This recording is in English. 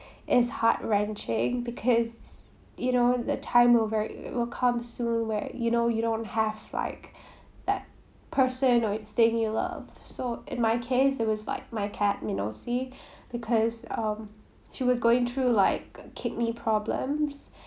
is heart-wrenching because you know the time will ve~ will come soon where you know you don't have like that person or thing you love so in my case it was like my cat minosy because um she was going through like kidney problems